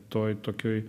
toj tokioj